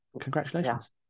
congratulations